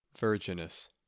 Virginus